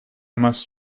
must